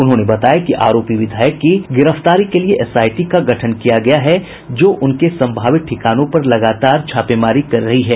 उन्होंने बताया कि आरोपी विधायक की गिरफ्तारी के लिए एसआईटी का गठन किया गया है जो उनके संभावित ठिकानों पर लगातार छापेमारी कर रही है